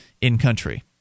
in-country